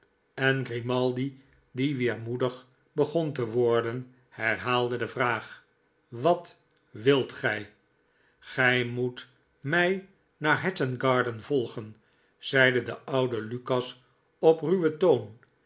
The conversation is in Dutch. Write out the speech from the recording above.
en grimaldi die wecr moedig begon te worden herhaalde de vraag wat wilt gij gij moet mij naar hatton garden volgen zeide de oude lukas op ruwen toon